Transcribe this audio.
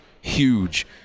huge